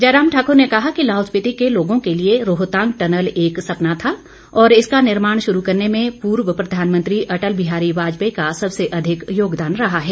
जयराम ठाकुर ने कहा कि लाहौल स्पीति के लोगों के लिए रोहतांग टनल एक सपना था और इसका निर्माण शुरू करने में पूर्व प्रधानमंत्री अटल बिहारी वाजपेयी का सबसे अधिक योगदान रहा है